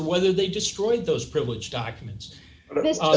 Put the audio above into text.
or whether they destroyed those privileged documents o